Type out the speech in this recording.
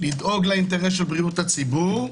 לדאוג לאינטרס של בריאות הציבור,